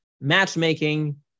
matchmaking